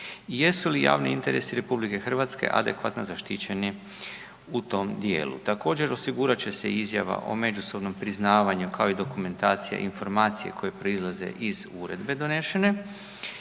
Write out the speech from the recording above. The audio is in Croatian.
jesu li javni interesi Republike Hrvatske adekvatno zaštićeni u tom dijelu. Također osigurat će se i Izjava o međusobnom priznavanju kao i dokumentacija i informacije koje proizlaze iz Uredbe donešene,